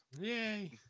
Yay